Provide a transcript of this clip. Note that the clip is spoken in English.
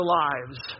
lives